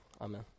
Amen